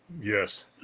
Yes